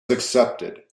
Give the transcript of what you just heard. accepted